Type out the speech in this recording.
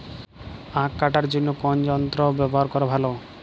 আঁখ কাটার জন্য কোন যন্ত্র ব্যাবহার করা ভালো?